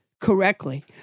correctly